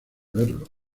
verlo